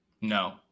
No